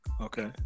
okay